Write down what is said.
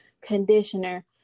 conditioner